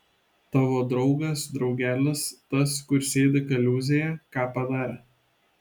tavo draugas draugelis tas kur sėdi kaliūzėje ką padarė